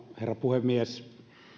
puhemies